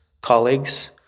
colleagues